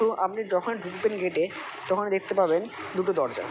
তো আপনি যখনই ঢুকবেন গেটে তখনই দেখতে পাবেন দুটো দরজা